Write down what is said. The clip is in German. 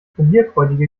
probierfreudige